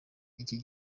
iki